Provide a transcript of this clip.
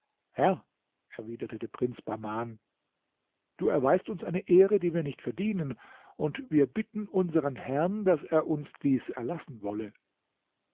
herr erwiderte der prinz bahman du erweist uns eine ehre die wir nicht verdienen und wir bitten unsern herrn daß er uns dies erlassen wolle